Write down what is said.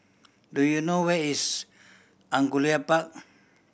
do you know where is Angullia Park